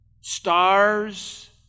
stars